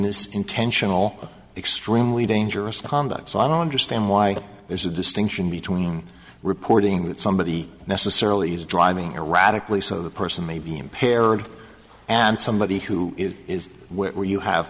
this intentional extremely dangerous conduct so i don't understand why there's a distinction between reporting that somebody necessarily is driving erratically so the person may be impaired and somebody who is is where you have